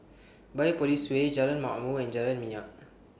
Biopolis Way Jalan Ma'mor and Jalan Minyak